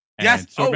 Yes